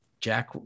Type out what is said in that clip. Jack